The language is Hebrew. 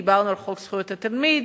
דיברנו על חוק זכויות התלמיד,